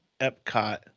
Epcot